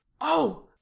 Oh